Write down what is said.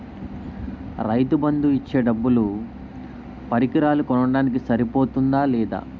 రైతు బందు ఇచ్చే డబ్బులు పరికరాలు కొనడానికి సరిపోతుందా లేదా?